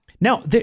Now